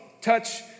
touch